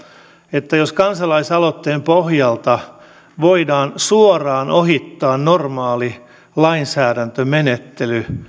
että jos kansalaisaloitteen pohjalta voidaan suoraan ohittaa normaali lainsäädäntömenettely